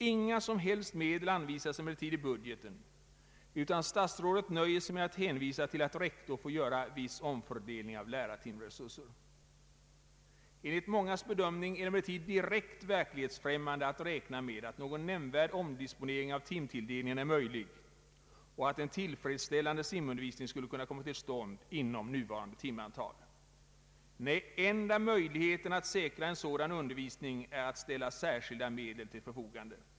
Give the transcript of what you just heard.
Inga som helst medel anvisas emellertid i budgeten, utan statsrådet nöjer sig med att hänvisa till att rektor får göra viss omfördelning av = lärartimresurser. Enligt mångas bedömning är det emellertid direkt verklighetsfrämmande att räkna med att någon nämnvärd omdisponering av timtilldelningen är möjlig och att en tillfredsställande simundervisning skulle kunna komma till stånd inom nuvarande timantal. Nej, enda möjligheten att säkra en sådan undervisning är att ställa särskilda medel till förfogande.